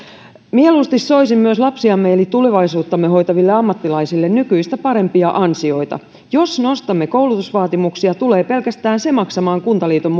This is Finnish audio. mieluusti soisin myös lapsiamme eli tulevaisuuttamme hoitaville ammattilaisille nykyistä parempia ansioita jos nostamme koulutusvaatimuksia tulee pelkästään se maksamaan kuntaliiton